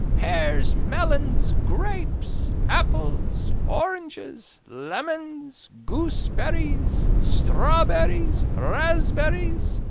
pears, melons, grapes, apples, oranges, lemons, gooseberries, strawberries, raspberries,